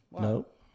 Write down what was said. Nope